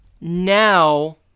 now